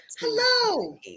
hello